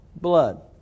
blood